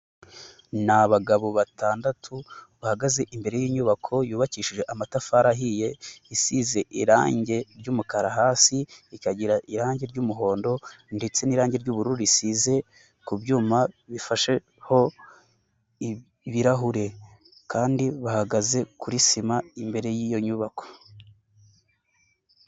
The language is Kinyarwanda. Ni abagabo batandatu ,bahagaze imbere y'inyubako yubakishije amatafari ahiye, isize irangi ry'umukara hasi, ikagira irangi ry'umuhondo ndetse n'irangi ry'ubururu risize ku byuma bifasheho ibirahure kandi bahagaze kuri sima, imbere y'iyo nyubako.